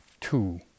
two